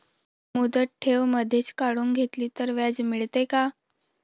मुदत ठेव मधेच काढून घेतली तर व्याज मिळते का?